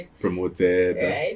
promoted